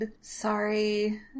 sorry